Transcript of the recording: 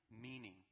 meaning